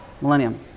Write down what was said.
Millennium